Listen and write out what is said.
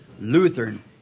Lutheran